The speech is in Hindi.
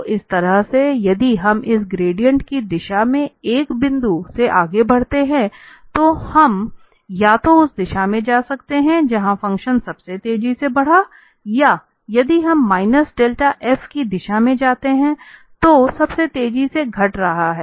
तो इस तरह से यदि हम इस ग्रेडिएंट की दिशा में एक बिंदु से आगे बढ़ते हैं तो हम या तो उस दिशा में जा सकते हैं जहां फ़ंक्शन सबसे तेजी से बढ़ या यदि हम माइनस डेल्टा f की दिशा में जाते हैं तो सबसे तेजी से घट रहा है